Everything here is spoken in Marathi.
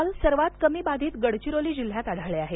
काल सर्वांत कमी बाधित गडचिरोली जिल्ह्यात आढळले आहेत